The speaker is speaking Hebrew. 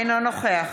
אינו נוכח